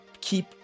keep